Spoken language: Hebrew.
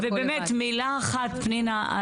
ובאמת מילה אחת פנינה,